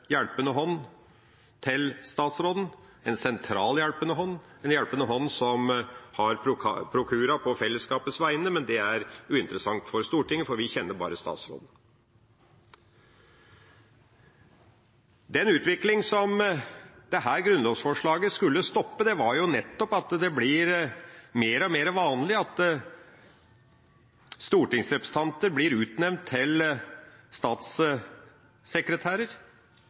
hjelpende hånd til statsråden – en sentral hjelpende hånd, en hjelpende hånd som har prokura på fellesskapets vegne. Men det er uinteressant for Stortinget, for vi kjenner bare statsråden. Den utvikling som dette grunnlovsforslaget skulle stoppe, var nettopp at det blir mer og mer vanlig at stortingsrepresentanter blir utnevnt til statssekretærer